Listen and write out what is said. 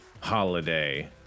holiday